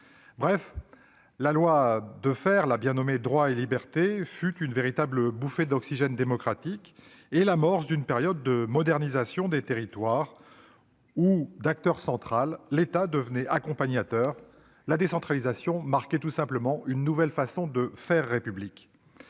Bref, la loi Defferre, la bien nommée loi « Droits et libertés », fut une véritable bouffée d'oxygène démocratique et l'amorce d'une période de modernisation des territoires où, d'acteur central, l'État devenait accompagnateur. Ainsi, la décentralisation inaugura une nouvelle façon de « faire République